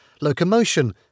locomotion